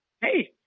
Hey